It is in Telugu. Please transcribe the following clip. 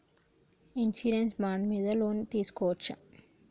ఇన్సూరెన్స్ బాండ్ మీద లోన్ తీస్కొవచ్చా?